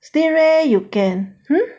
stingray you can hmm